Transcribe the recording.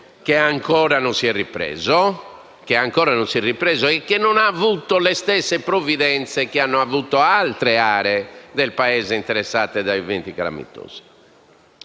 che ancora non si è ripreso, che non ha avuto le stesse provvidenze che hanno avuto altre aree del Paese interessate da eventi calamitosi.